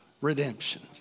redemption